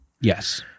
Yes